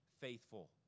faithful